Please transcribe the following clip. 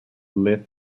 avenue